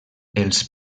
els